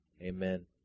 Amen